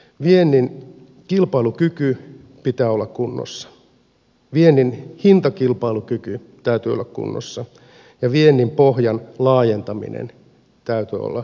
viennin kilpailukyvyn pitää olla kunnossa viennin hintakilpailukyvyn täytyy olla kunnossa ja viennin pohjan laajentamisen täytyy olla kunnossa